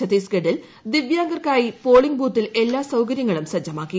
ഛത്തീസ്ഗഡിൽ ദിവ്യാംഗർക്കായി പോളീഹ് ബൂത്തിൽ എല്ലാ സൌകര്യങ്ങളും സജ്ജമാക്കി